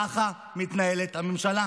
ככה מתנהלת הממשלה.